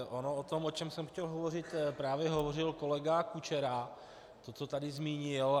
O tom, o čem jsem chtěl hovořit, právě hovořil kolega Kučera, který to tady zmínil.